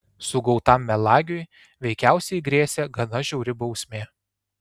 sugautam melagiui veikiausiai grėsė gana žiauri bausmė